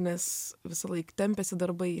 nes visąlaik tempėsi darbai